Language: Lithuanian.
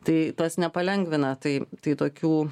tai tas nepalengvina tai tai tokių